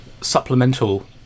supplemental